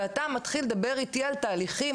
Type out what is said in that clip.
ואתה מתחיל לדבר איתי על תהליכים,